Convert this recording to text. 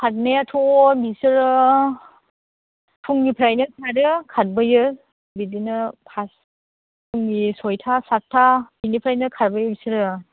खारनायाथ' बिसोरो फुंनिफ्रायनो खारो खारबोयो बिदिनो पास फुंनि सइथा साटथा बिनिफ्रायनो खारबोयो बिसोरो